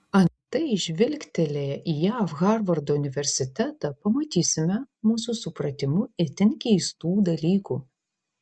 antai žvilgtelėję į jav harvardo universitetą pamatysime mūsų supratimu itin keistų dalykų